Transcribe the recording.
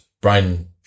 Brian